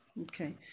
Okay